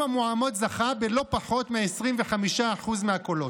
אם המועמד זכה בלא פחות מ-25% מהקולות.